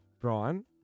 Brian